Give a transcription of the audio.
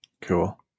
Cool